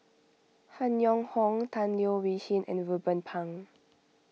Han Yong Hong Tan Leo Wee Hin and Ruben Pang